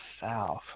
south